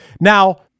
Now